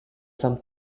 some